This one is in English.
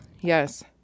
Yes